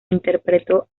interpretó